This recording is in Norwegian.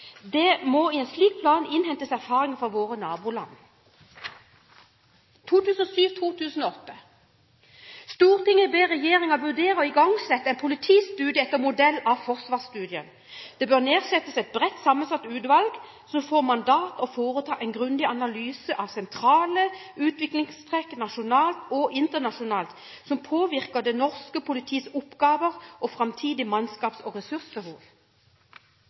Det må i en slik plan innhentes erfaring fra våre naboland.» I Budsjett-innst. S. nr. 4 for 2007–2008: «Stortinget ber Regjeringen vurdere å igangsette en politistudie etter modell av Forsvarsstudien. Det bør nedsettes et bredt sammensatt utvalg som får som mandat å foreta en grundig analyse av sentrale utviklingstrekk nasjonalt og internasjonalt som påvirker det norske politiets oppgaver og fremtidig mannskaps- og ressursbehov.»